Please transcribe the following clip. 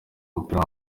w’umupira